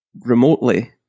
remotely